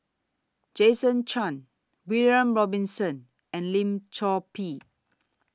Jason Chan William Robinson and Lim Chor Pee